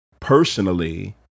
personally